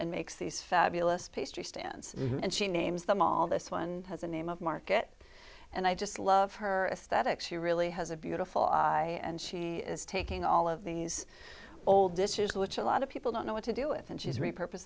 and makes these fabulous pastry stands and she names them all this one has a name of market and i just love her a static she really has a beautiful i and she is taking all of these old dishes which a lot of people don't know what to do with and she's repur